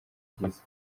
yagize